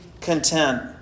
content